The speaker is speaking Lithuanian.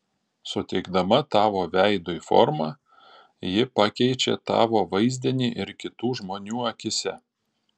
suteikdama tavo veidui formą ji pakeičia tavo vaizdinį ir kitų žmonių akyse